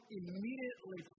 immediately